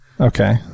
Okay